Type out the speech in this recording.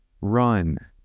run